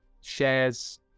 shares